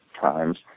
times